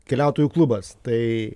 keliautojų klubas tai